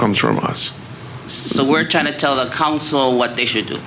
comes from us so we're trying to tell the council what they should do